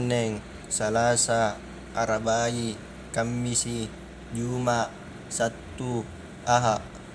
Sanneng, salasa, arabai, kammisi, juma', sattu, aha'.